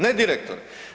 Ne direktor.